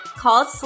called